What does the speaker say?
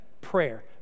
prayer